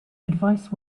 advice